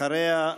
אחריה,